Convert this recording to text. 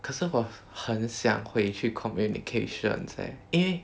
可是我很想回去 communications eh 因为